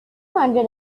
hundred